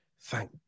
thank